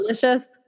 delicious